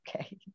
okay